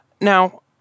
Now